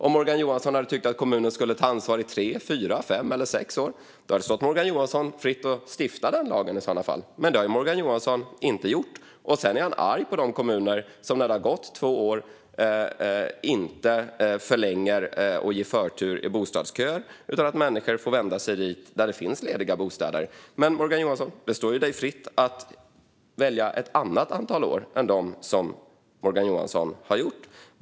Om Morgan Johansson hade tyckt att kommunen skulle ta ansvar i tre, fyra, fem eller sex år hade det stått Morgan Johansson fritt att stifta den lagen, men det har Morgan Johansson inte gjort. Sedan är han arg på de kommuner som när det har gått två år inte förlänger och ger förtur i bostadsköer. Människor får i stället vända sig dit där det finns lediga bostäder. Men det står Morgan Johansson fritt att välja ett annat antal år än det som Morgan Johansson har valt.